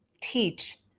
Teach